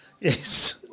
Yes